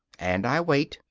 and i wait,